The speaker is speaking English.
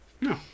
No